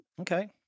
Okay